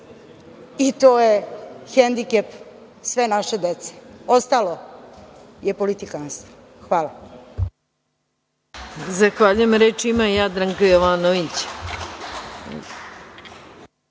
i to je hendikep sve naše dece. Ostalo je politikanstvo. Hvala.